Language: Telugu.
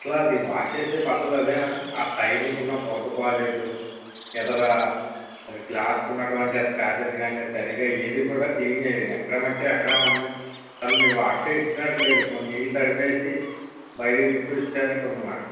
అసలు అది వాష్ చేసే పద్ధతి అదేనా ఆ టైర్ లకు ఉన్న బురద పోలేదు ఎదురు ఆ గ్లాస్ కు ఉన్నటువంటి ఆ స్క్రాచెస్ కాని సరిగా ఏది కూడా క్లీన్ చెయ్యలేదు ఎక్కడ మట్టి అక్కడే ఉంది అసలు మీరు వాష్ చేసి ఇచ్చినట్టూ లేదు కొన్ని నీళ్లు తడిపేసి బయటికి తీసుకొచ్చి ఇచ్చారన్నట్టు మాట